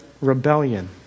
rebellion